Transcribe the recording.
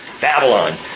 Babylon